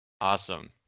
Awesome